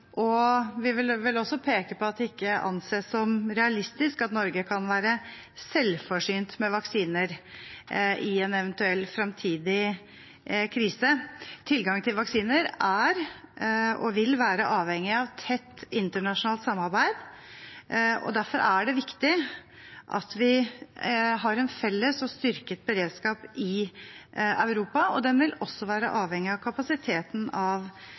og forsyningskjedene er globale. Vi vil også peke på at det ikke anses som realistisk at Norge kan være selvforsynt med vaksiner i en eventuell fremtidig krise. Tilgang på vaksiner er og vil være avhengig av tett internasjonalt samarbeid, og derfor er det viktig at vi har en felles og styrket beredskap i Europa. Den vil også være avhengig av kapasiteten